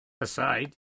Aside